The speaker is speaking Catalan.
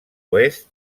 oest